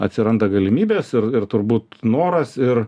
atsiranda galimybės ir ir turbūt noras ir